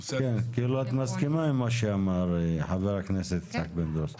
את מסכימה עם מה שאמר חבר הכנסת פינדרוס?